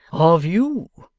of you,